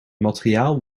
materiaal